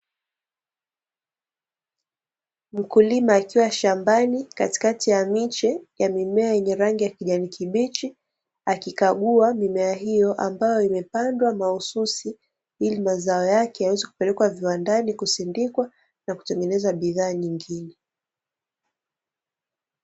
Mkulima akiwa shambani katikati ya miche ya mimea yenye rangi ya kijani kibichi, akikagua mimea hiyo ambayo imepandwa mahususi, ili mazao yake yaweze kupelekwa viwandani kusindikwa, na kutengenezwa bidhaa nyingine.